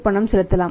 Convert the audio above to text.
பணம் செலுத்தலாம்